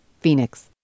Phoenix